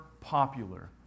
popular